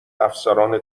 افسران